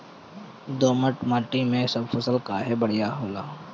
दोमट माटी मै सब फसल काहे बढ़िया होला?